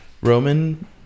roman